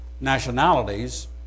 nationalities